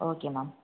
okay ma'am